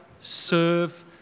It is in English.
serve